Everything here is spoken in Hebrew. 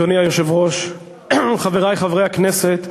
אדוני היושב-ראש, חברי חברי הכנסת,